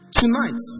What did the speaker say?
tonight